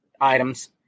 items